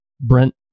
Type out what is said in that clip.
Brent